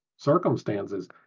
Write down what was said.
circumstances